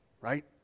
right